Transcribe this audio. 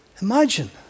Imagine